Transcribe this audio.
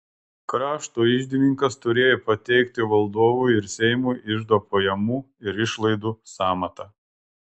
krašto iždininkas turėjo pateikti valdovui ir seimui iždo pajamų ir išlaidų sąmatą